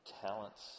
talents